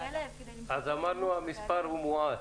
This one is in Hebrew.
אמרנו שהמספר הוא מועט,